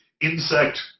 Insect